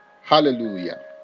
Hallelujah